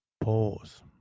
Pause